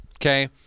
Okay